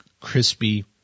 crispy